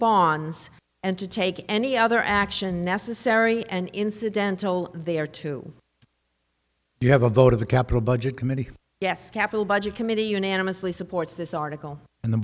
bonds and to take any other action necessary and incidental they are to you have a vote of the capital budget committee yes capital budget committee unanimously supports this article and the